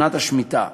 שנת השמיטה.